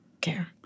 care